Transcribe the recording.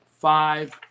five